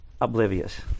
oblivious